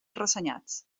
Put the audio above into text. ressenyats